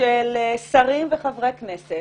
של שרים וחברי כנסת,